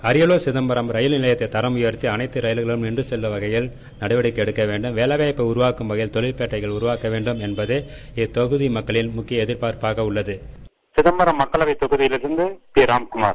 Ariyalur Chidambaram rail நிலையத்தை தரம் உயர்த்தி அனைத்து ரயில்களும் நின்று செல்ல நடவடிக்கை எடுக்க வேண்டும் அதிக அளவில் வேலைவாய்ப்புகளை உருவாக்கும் வகையில் தொழிற்பேட்டையை உருவாக்க வேண்டும் என்பதே சிதம்பரம் தொகுதி மக்களின் எதிர்பார்பாக்க உள்ளது சிதம்பரம் மக்களவை தொகுதியில் இருந்து ராம்குமார்